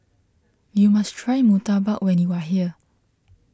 you must try Murtabak when you are here